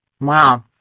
Wow